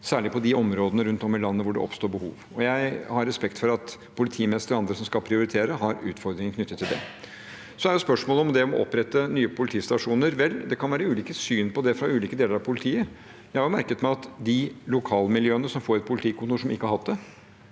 særlig på de områdene rundt om i landet hvor det oppstår behov. Jeg har respekt for at politimestre og andre som skal prioritere, har utfordringer knyttet til det. Så er det spørsmål om det å opprette nye politistasjoner. Vel, det kan være ulike syn på det i ulike deler av politiet. Jeg har merket meg at de lokalmiljøene som får et politikontor, og som ikke har hatt det,